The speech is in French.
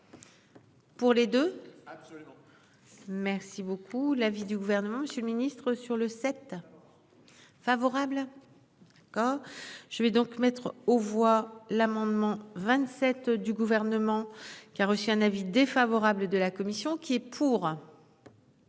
Pour les deux. Merci beaucoup. L'avis du gouvernement, Monsieur le Ministre sur le sept. Favorable. Quand je vais donc mettre aux voix l'amendement 27 du gouvernement qui a reçu un avis défavorable de la commission qui est pour.